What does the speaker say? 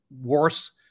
worse